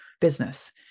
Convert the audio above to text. business